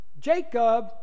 Jacob